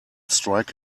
strike